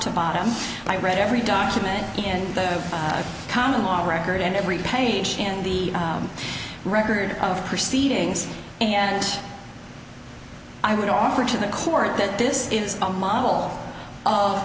to bottom i read every document in the common law record and every page in the record of proceedings and i would offer to the court that this is a model